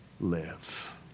live